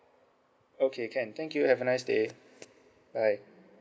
okay can thank you have a nice day bye